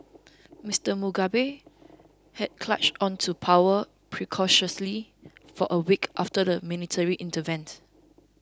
Mister Mugabe had clashed on to power precariously for a week after the military intervened